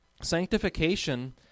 Sanctification